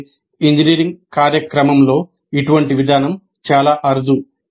అయితే ఇంజనీరింగ్ కార్యక్రమంలో ఇటువంటి విధానం చాలా అరుదు